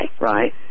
right